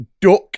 duck